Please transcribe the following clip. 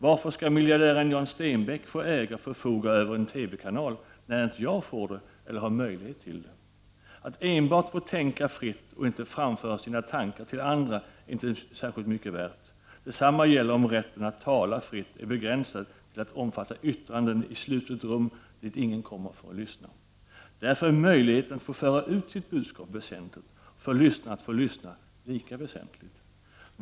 Varför skall miljardären Jan Stenbeck få äga och förfoga över en TV-kanal, när inte jag får det eller har möjlighet till det? Att enbart få tänka fritt och inte framföra sina tankar till andra är inte särskilt mycket värt. Detsamma gäller om rätten att tala fritt är begränsad till att utövas i ett slutet rum, dit ingen kommer för att lyssna. Därför är möjligheten att föra ut sitt budskap väsentlig, att få lyssna lika väsentligt.